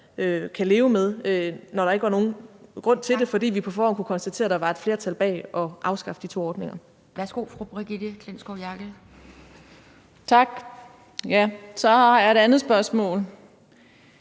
kan leve med, når der ikke var nogen grund til det, fordi vi på forhånd kunne konstatere, at der var et flertal bag at afskaffe de to ordninger. Kl. 12:19 Anden næstformand (Pia Kjærsgaard): Værsgo